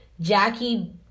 Jackie